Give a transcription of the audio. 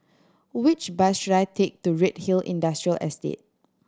which bus should I take to Redhill Industrial Estate